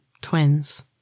twins